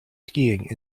skiing